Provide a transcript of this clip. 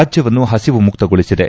ರಾಜ್ಯವನ್ನು ಹಸಿವು ಮುಕ್ತಗೊಳಿಸಿದೆ